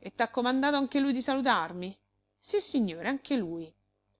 e tha comandato anche lui di salutarmi sissignore anche lui